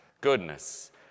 goodness